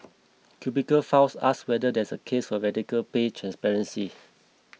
Cubicle Files ask whether there's a case for radical pay transparency